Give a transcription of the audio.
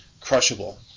crushable